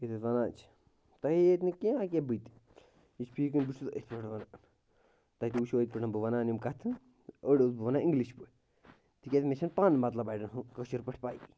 یَتھ أسۍ وَنان چھِ تۄہٕے ییٚتہِ نہٕ کیٚنٛہہ أکہِ بہٕ تہِ یہِ چھُ فی کُن چھُس بہٕ أتھۍ پٮ۪ٹھ ونان تۄہہِ تہِ وُچھو ٲدۍ پٮ۪ٹھ بہٕ وَنان یِم کَتھٕ أڑۍ اوسُسہٕ بہٕ وَنان اِنٛگلِش پٲٹھۍ تِکیٛازِ مےٚ چھَنہٕ پانہٕ مطلب اَڑٮ۪ن ہُنٛد کٲشِرۍ پٲٹھۍ پیی